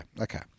Okay